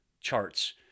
charts